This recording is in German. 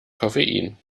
koffein